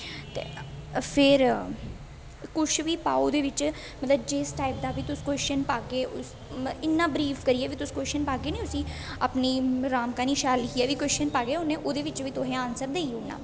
फिर कुछ बी पाऔ ओहदे बिच्च मतलब जिस टाइप दा बी तुस कोशन पाह्गे इन्ना बरीफ करियै बी तुस कोशन पाह्गे नां उस्सी अपनी राम क्हानी शैल लिक्खियै बी कोशन पाह्गे उ'नें ओहदे बिच्च बी तुसेंगी आनसर देई ओङ़ना